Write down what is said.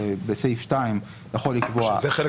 בסעיף 2 יכול לקבוע --- זה חלק